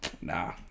Nah